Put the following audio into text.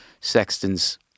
Sexton's